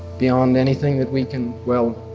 beyond anything that we can well